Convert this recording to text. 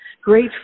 great